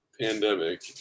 pandemic